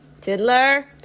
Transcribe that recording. Tiddler